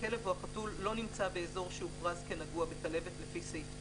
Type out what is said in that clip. הכלב או החתול לא נמצא באזור שהוכרז כנגוע בכלבת לפי סעיף 9."